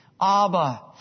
Abba